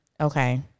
Okay